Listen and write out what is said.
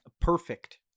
Perfect